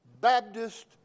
Baptist